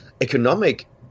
economic